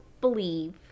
believe